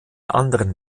anderen